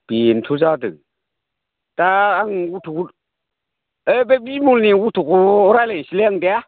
बेनोथ' जादों दा आं अट' ओइ बे बिमलनि अट'खौ रायज्लायनोसोलै आं दे